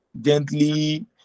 gently